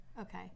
Okay